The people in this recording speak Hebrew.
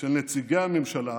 של נציגי הממשלה